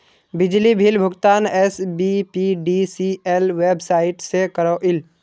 बिजली बिल भुगतान SBPDCL website से क्रॉइल